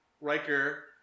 Riker